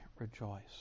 rejoice